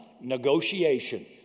negotiation